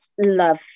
love